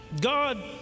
God